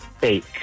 Fake